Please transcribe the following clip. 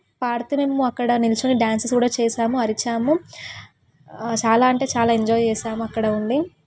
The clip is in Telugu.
పాడితే మేం అక్కడ నిలుచొని డ్యాన్సస్ కూడా చేసాము అరిచాము చాలా అంటే చాలా ఎంజాయ్ చేసాము అక్కడ ఉండి